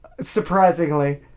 Surprisingly